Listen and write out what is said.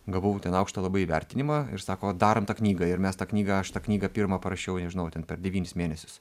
gavau ten aukštą labai įvertinimą ir sako darom tą knygą ir mes tą knygą aš tą knygą pirmą parašiau nežinau ten per devynis mėnesius